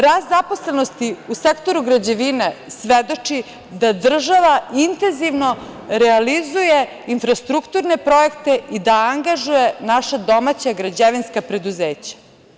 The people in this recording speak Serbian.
Rast zaposlenosti u sektoru građevine svedoči da država intenzivno realizuje infrastrukturne projekte i da angažuje naša domaća građevinska preduzeća.